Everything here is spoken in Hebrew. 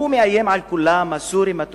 הוא מאיים על כולם, הסורים, הטורקים,